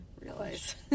realize